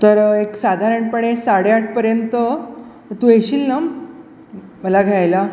तर एक साधारणपणे साडेआठपर्यंत तू येशील ना मला घ्यायला